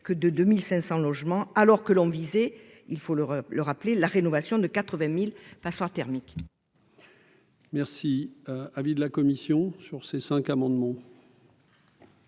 de 2 500 logements, alors que l'on visait, il faut le rappeler, la rénovation de 80 000 passoires thermiques. Quel est l'avis de la commission ? Tous ces amendements